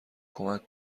کمک